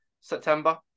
September